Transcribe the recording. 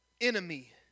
enemy